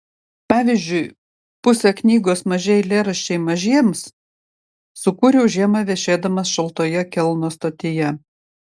pavyzdžiui pusę knygos maži eilėraščiai mažiems sukūriau žiemą viešėdamas šaltoje kelno stotyje